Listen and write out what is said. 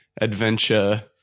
adventure